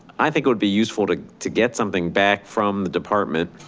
i think it would be useful to to get something back from the department